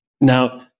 Now